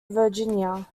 virginia